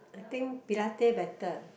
I think Pilate better